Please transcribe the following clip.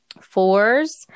Fours